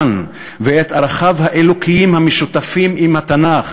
ואת ערכיו האלוקיים המשותפים עם התנ"ך.